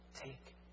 take